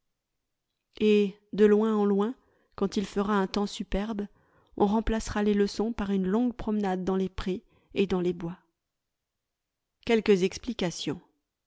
et de loin en loin quand il fera un temps superbe on remplacera les leçons par une longue promenade dans les prés et dans les bois quelques explications